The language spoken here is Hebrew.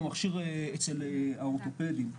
או מכשיר אצל האורתופדים.